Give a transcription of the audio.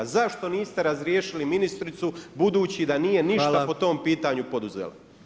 Zašto niste razriješili ministricu budući da nije ništa po tom pitanju poduzela.